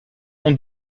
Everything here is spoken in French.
mon